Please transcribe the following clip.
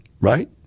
right